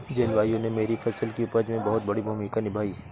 जलवायु ने मेरी फसल की उपज में बहुत बड़ी भूमिका निभाई